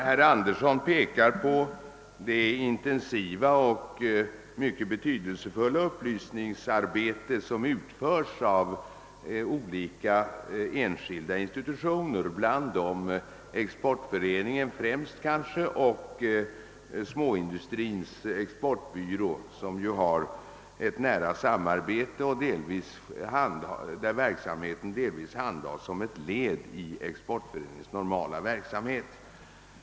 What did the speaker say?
Herr Andersson i Örebro pekade på det intensiva och mycket betydelsefulla upplysningsarbete som utförs av olika enskilda institutioner, bland dem kanske främst Exportföreningen och Småindustrins exportbyrå, som ju har ett nära samarbete med Exportföreningen och där arbetet delvis utgör ett led i Exportföreningens normala verksamhet.